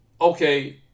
Okay